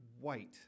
white